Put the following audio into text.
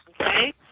okay